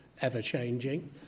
ever-changing